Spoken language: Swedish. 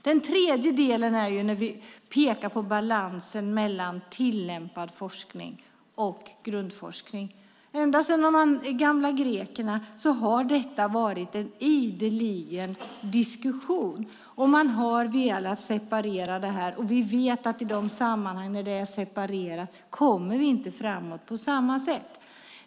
Den tredje delen handlar om balansen mellan tillämpad forskning och grundforskning. Ända sedan de gamla grekerna har detta varit en ständig diskussion. Man har velat separera dessa båda, men vi vet att när de är separerade kommer vi inte framåt på samma sätt.